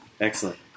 excellent